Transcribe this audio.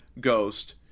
ghost